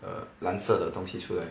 err 蓝色的东西出来